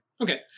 Okay